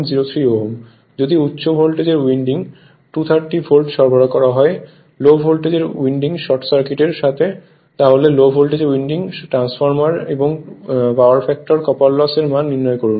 যদি উচ্চ voltage winding 230 ভোল্টে সরবরাহ করা হয় লো ভোল্টেজ উইন্ডিং শর্ট সার্কিটের সাথে তাহলে লো ভোল্টেজ উইন্ডিং ট্রান্সফরমার এবং পাওয়ার ফ্যাক্টরে কপার লস এর মান নির্ণয় করুণ